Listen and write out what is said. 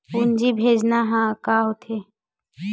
पूंजी भेजना का होथे?